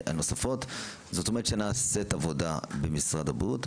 זאת אומרת שנעשית עבודה במשרד הבריאות.